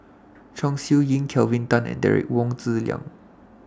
Chong Siew Ying Kelvin Tan and Derek Wong Zi Liang